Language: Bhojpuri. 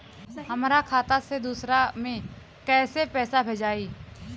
हमरा खाता से दूसरा में कैसे पैसा भेजाई?